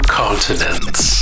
continents